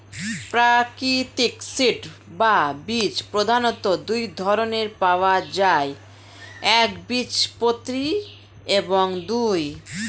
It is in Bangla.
প্রাকৃতিক সিড বা বীজ প্রধানত দুই ধরনের পাওয়া যায় একবীজপত্রী এবং দুই